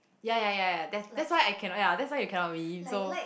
ya ya ya ya that that's why I cannot ya that's why you cannot win so